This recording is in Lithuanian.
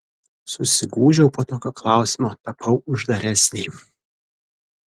susigūžiau po tokio klausimo tapau uždaresnė